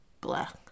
black